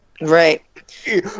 Right